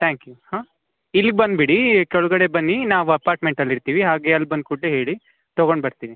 thank you ಹಾಂ ಇಲ್ಲಿ ಬಂದ್ಬಿಡಿ ಕೆಳಗಡೆ ಬನ್ನಿ ನಾವು ಅಪಾರ್ಟ್ಮೆಂಟಲ್ಲಿ ಇರ್ತೀವಿ ಹಾಗೆ ಅಲ್ಬಂದ ಕೂಡಲೆ ಹೇಳಿ ತಗೊಂಡು ಬರ್ತೀವಿ